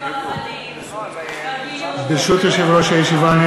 ברשות יושב-ראש הישיבה,